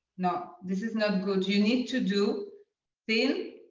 no. this is not good. you need to do thin,